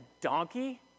donkey